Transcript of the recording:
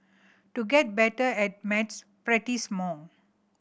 to get better at maths practise more